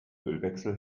ölwechsel